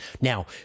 Now